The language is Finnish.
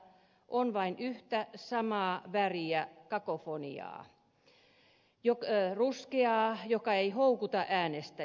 on vain yhtä samaa värien kakofoniaa ruskeaa joka ei houkuta äänestäjiä